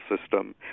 system